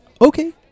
Okay